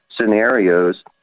scenarios